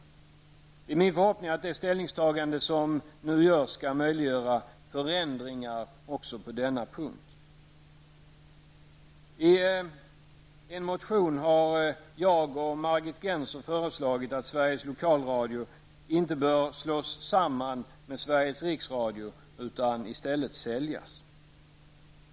Det är min förhoppning att det sätt på vilket man nu tar ställning skall möjliggöra förändringar på denna punkt. I en motion har jag och Margit Gennser föreslagit att Sveriges Lokalradio inte bör slås samman med Sveriges Riksradio utan att det i stället bör säljas.